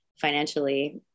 financially